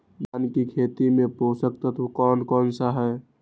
धान की खेती में पोषक तत्व कौन कौन सा है?